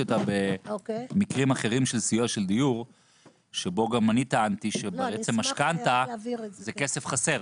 אותה במקרים אחרים של סיוע בדיור שבו גם אני טענתי שמשכנתא זה כסף חסר,